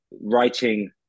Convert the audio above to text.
writing